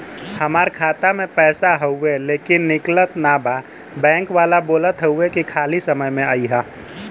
हमार खाता में पैसा हवुवे लेकिन निकलत ना बा बैंक वाला बोलत हऊवे की खाली समय में अईहा